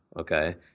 okay